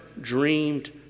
dreamed